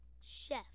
chef